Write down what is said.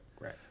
Right